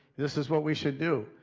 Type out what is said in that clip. this is what we should do.